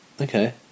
Okay